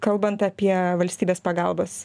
kalbant apie valstybės pagalbas